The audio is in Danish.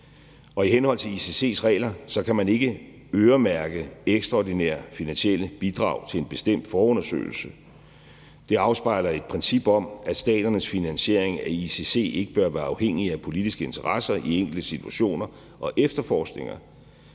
i henhold til ICC's regler kan man ikke øremærke ekstraordinære finansielle bidrag til en bestemt forundersøgelse. Det afspejler et princip om, at staternes finansiering af ICC ikke bør være afhængig af politiske interesser i enkelte situationer og efterforskninger.